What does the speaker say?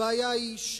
הבעיה היא,